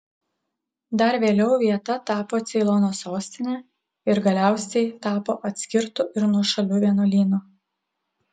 dar vėliau vieta tapo ceilono sostine ir galiausiai tapo atskirtu ir nuošaliu vienuolynu